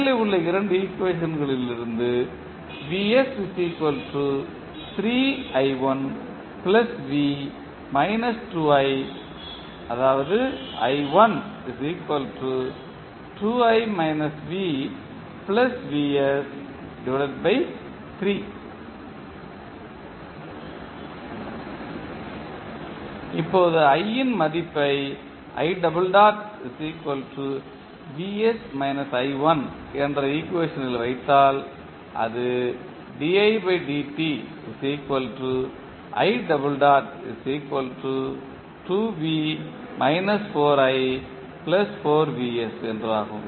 மேலே உள்ள 2 ஈக்குவேஷன்களிலிருந்து இப்போது இன் மதிப்பை என்ற ஈக்குவேஷனில் வைத்தால் அது என்றாகும்